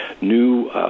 new